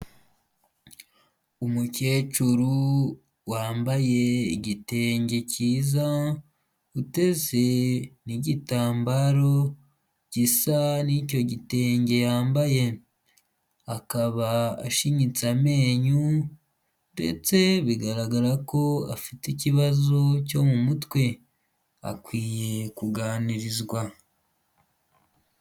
Umukecuru wambaye igitenge cyiza, utese n'igitambaro gisa n'icyo gitenge yambaye, akaba ashinyitse amenyo ndetse bigaragara ko afite ikibazo cyo mu mutwe, akwiye kuganirizwa.